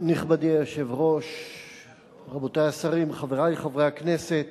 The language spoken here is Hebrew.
אחרי פסיקת בית-המשפט העליון,